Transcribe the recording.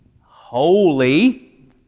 holy